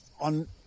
on